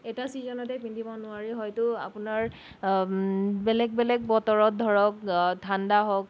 এটা চিজনতেই পিন্ধিব নোৱাৰি হয়টো আপোনাৰ বেলেগ বেলেগ বতৰত ধৰক ঠাণ্ডা হওক